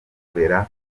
kurera